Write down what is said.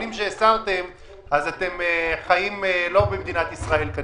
אז אתם לא חיים במדינת ישראל.